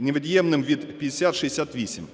невід'ємним від 5068.